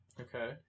Okay